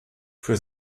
für